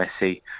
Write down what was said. Messi